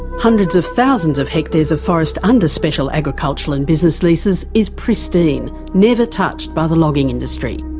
hundreds of thousands of hectares of forest under special agriculture and business leases is pristine, never touched by the logging industry.